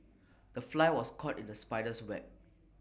the fly was caught in the spider's web